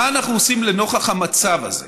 מה אנחנו עושים לנוכח המצב הזה,